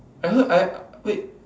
I heard I wait